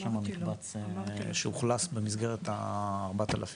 אחד הדברים שאנחנו שומעים המון מהעולים החדשים